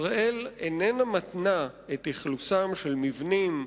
ישראל איננה מתנה את אכלוסם של מבנים,